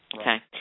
okay